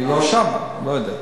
אני לא שם, לא יודע.